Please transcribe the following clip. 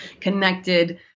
connected